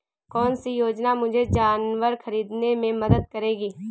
कौन सी योजना मुझे जानवर ख़रीदने में मदद करेगी?